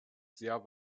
sehr